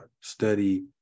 study